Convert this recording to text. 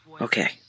okay